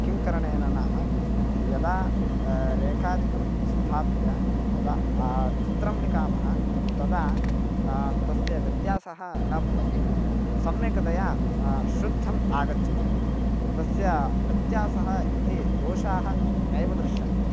किं करणेन नाम यदा रेखादिकं स्थाप्य यदा चित्रं लिखामः तदा तस्य व्यत्यासः न भवति सम्यक्तया शुद्धम् आगच्छति तस्य व्यत्यासः इति दोषः नैव दृश्यते